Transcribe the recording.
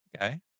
Okay